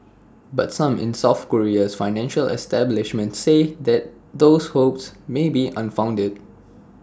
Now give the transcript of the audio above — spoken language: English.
but some in south Korea's financial establishment say that those hopes may be unfounded